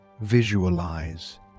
visualize